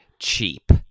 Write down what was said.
Cheap